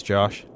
Josh